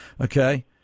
Okay